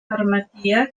permetia